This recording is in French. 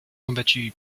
combattu